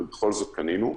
בכל זאת קנינו,